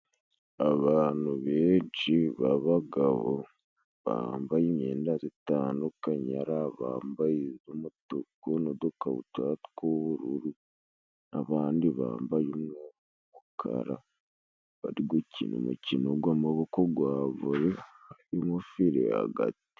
Abantu benshi b'abagabo bambaye imyenda zitandukanye, ari abambaye iz'umutuku n'udukabutura tw'ubururu n'abandi bambaye umukara, bari gukina umukino gwa Vole harimo file hagati.